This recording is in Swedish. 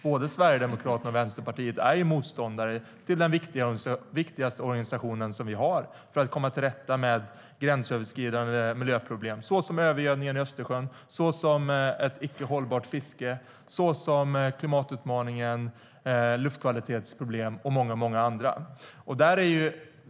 Både Sverigedemokraterna och Vänsterpartiet är motståndare till den viktigaste organisationen vi har för att komma till rätta med gränsöverskridande miljöproblem, såsom övergödningen i Östersjön, ett icke hållbart fiske, klimatutmaningen, luftkvalitetsproblem och många andra.